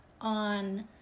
on